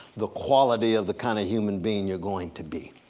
the quality of the kind of human being you're going to be.